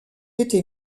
été